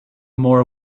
more